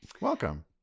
Welcome